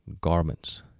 garments